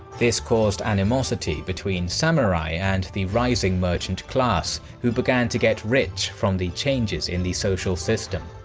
this caused animosity between samurai and the rising merchant class, who began to get rich from the changes in the social system.